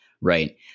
right